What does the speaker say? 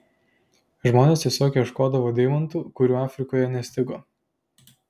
žmonės tiesiog ieškodavo deimantų kurių afrikoje nestigo